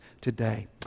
today